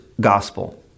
gospel